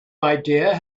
idea